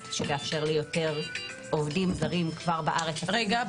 שתאפשר ליותר עובדים זרים שכבר בארץ --- רגע,